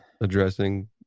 addressing